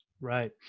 Right